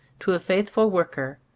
to a faithful worker.